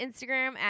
Instagram